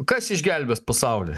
kas išgelbės pasaulį